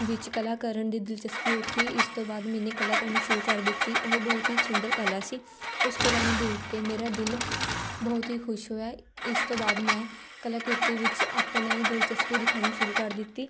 ਵਿੱਚ ਕਲਾ ਕਰਨ ਦੀ ਦਿਲਚਸਪੀ ਉੱਠੀ ਇਸ ਤੋਂ ਬਾਅਦ ਮੈਨੇ ਕਲਾ ਕਰਨੀ ਸ਼ੁਰੂ ਕਰ ਦਿੱਤੀ ਉਹ ਬਹੁਤ ਹੀ ਸੁੰਦਰ ਕਲਾ ਸੀ ਉਸ ਕਲਾ ਨੂੰ ਦੇਖ ਕੇ ਮੇਰਾ ਦਿਲ ਬਹੁਤ ਹੀ ਖੁਸ਼ ਹੋਇਆ ਇਸ ਤੋਂ ਬਾਅਦ ਮੈਂ ਕਲਾ ਕਿਰਤੀ ਵਿੱਚ ਆਪਣੀ ਦਿਲਚਸਪੀ ਦਿਖਾਉਣੀ ਸ਼ੁਰੂ ਕਰ ਦਿੱਤੀ